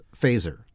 phaser